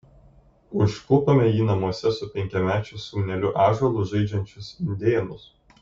užklupome jį namuose su penkiamečiu sūneliu ąžuolu žaidžiančius indėnus